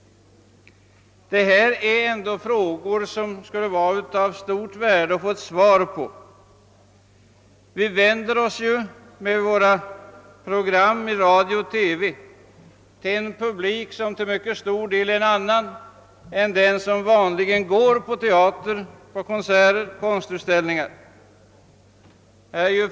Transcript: Detta är ändå frågor som det vore mycket värdefullt att få svar på. I våra program i radio och TV vänder vi oss till en i stora stycken annan publik än den som vanligen går på teater, konserter, konstutställningar o.s.v.